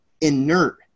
inert